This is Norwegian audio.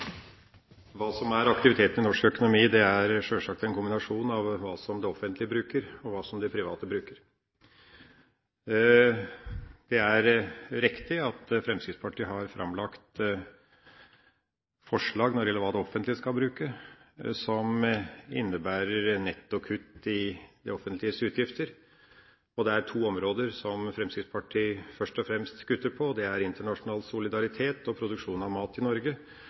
Hva som er aktiviteten i norsk økonomi, er sjølsagt en kombinasjon av hva det offentlige bruker, og hva de private bruker. Det er riktig at Fremskrittspartiet har framlagt forslag når det gjelder hva det offentlige skal bruke, som innebærer nettokutt i det offentliges utgifter, og det er to områder som Fremskrittspartiet først og fremst kutter på. Det er internasjonal solidaritet og produksjon av mat i Norge.